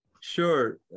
sure